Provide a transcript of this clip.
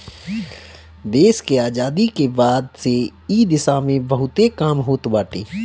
देस के आजादी के बाद से इ दिशा में बहुते काम होत बाटे